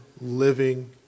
living